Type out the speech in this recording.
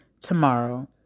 tomorrow